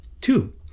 Two